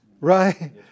Right